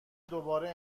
دوباره